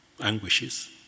anguishes